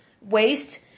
waste